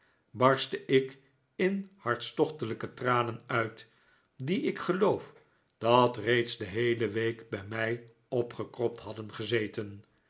barstte ik in hartstochtelijke tranen uit die ik geloof dat reeds de heele week bij mij opgekropt hadden gezeten